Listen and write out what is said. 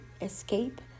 escape